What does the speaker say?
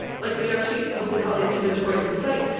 like, when you actually look at how they've inventoried the site,